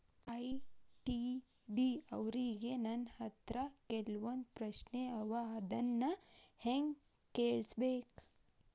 ITD ಅವ್ರಿಗೆ ನನ್ ಹತ್ರ ಕೆಲ್ವೊಂದ್ ಪ್ರಶ್ನೆ ಅವ ಅದನ್ನ ಹೆಂಗ್ ಕಳ್ಸ್ಬೇಕ್?